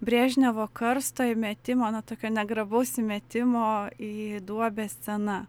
brežnevo karsto įmetimo na tokio negrabaus įmetimo į duobę scena